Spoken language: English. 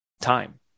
time